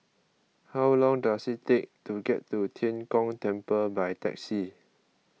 how long does it take to get to Tian Kong Temple by taxi